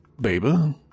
baby